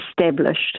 Established